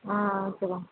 ஆ சொல்லுங்க